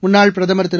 முன்னாள் பிரதமர் திரு